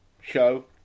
show